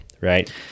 right